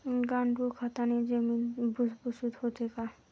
गांडूळ खताने जमीन भुसभुशीत होते का?